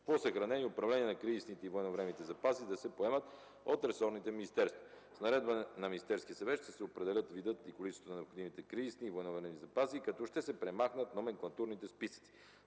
по съхранение и управление на кризисните и военновременните запаси да се поемат от ресорните министерства. С наредба на Министерския съвет ще се определят видът и количествата на необходимите кризисни и военновременни запаси, като ще се премахнат номенклатурните списъци.